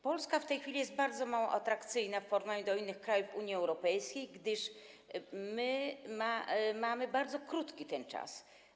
Polska w tej chwili jest bardzo mało atrakcyjna w porównaniu do innych krajów Unii Europejskiej, gdyż my mamy bardzo krótki ten czas.